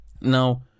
Now